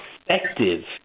effective